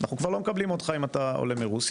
אנחנו כבר לא מקבלים אותך אם אתה עולה מרוסיה.